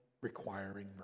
requiring